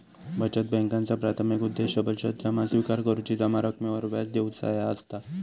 बचत बॅन्कांचा प्राथमिक उद्देश बचत जमा स्विकार करुची, जमा रकमेवर व्याज देऊचा ह्या असता